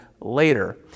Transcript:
later